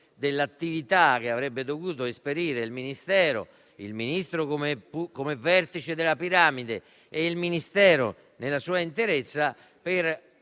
all'attività che avrebbero dovuto esperire il Ministro, come vertice della piramide, e il Ministero nella sua interezza, per